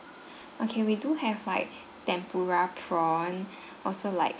okay we do have like tempura prawn also like